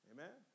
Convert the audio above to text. Amen